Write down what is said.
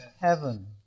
heaven